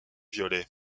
viollet